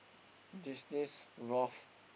Disney's Ralph